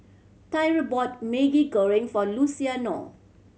Tyreek bought Maggi Goreng for Luciano